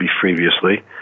previously